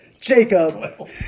Jacob